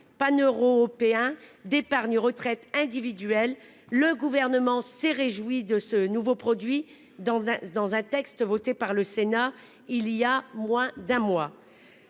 panne paneuropéen d'épargne-retraite individuel. Le gouvernement s'est réjoui de ce nouveau produit dans dans un texte voté par le Sénat. Il y a moins d'un mois.